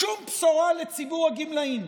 שום בשורה לציבור הגמלאים,